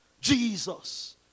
Jesus